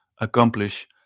accomplish